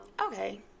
Okay